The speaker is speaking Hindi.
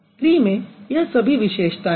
ट्री में यह सभी विशेषताएँ हैं